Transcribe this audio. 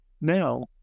now